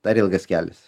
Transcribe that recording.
dar ilgas kelias